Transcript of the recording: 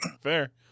fair